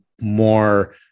more